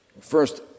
First